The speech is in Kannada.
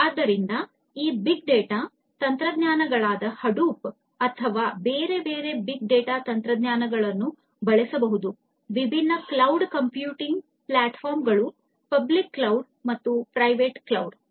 ಆದ್ದರಿಂದ ಈ ಬಿಗ್ ಡೇಟಾ ತಂತ್ರಜ್ಞಾನಗಳಾದ ಹಡೂಪ್ ಅಥವಾ ಬೇರೆ ಬೇರೆ ಬಿಗ್ ಡೇಟಾ ತಂತ್ರಜ್ಞಾನಗಳನ್ನು ಬಳಸಲಾಗುತ್ತದೆ ವಿಭಿನ್ನ ಕ್ಲೌಡ್ ಕಂಪ್ಯೂಟಿಂಗ್ ಪ್ಲಾಟ್ಫಾರ್ಮ್ಗಳು ಪಬ್ಲಿಕ್ ಕ್ಲೌಡ್ ಪ್ರೈವೇಟ್ ಕ್ಲೌಡ್